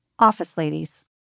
OfficeLadies